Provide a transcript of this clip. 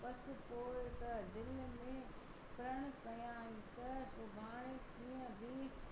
बस पोइ त दिलि में प्रण कयाईं त सुभाणे कीअं बि